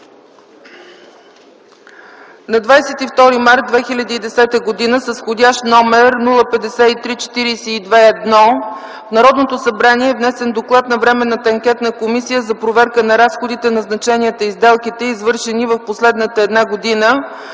На 22 март 2010 г. с вх. № 053-42-1 в Народното събрание е внесен Доклад на Временната анкетна комисия за проверка на разходите, назначенията и сделките, извършени в последната една година